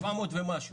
700 ומשהו.